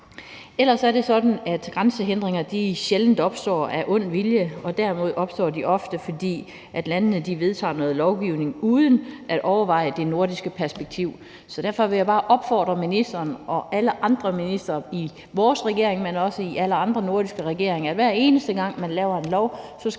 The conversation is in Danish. Ellers er det sådan, at grænsehindringer sjældent opstår af ond vilje. Derimod opstår de ofte, fordi landene vedtager noget lovgivning uden at overveje det nordiske perspektiv. Så derfor vil jeg bare opfordre ministeren og alle andre ministre i vores regering, men også i alle andre nordiske regeringer, til, at man, hver eneste gang man laver en lov,